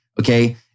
Okay